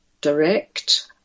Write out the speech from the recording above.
direct